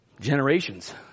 Generations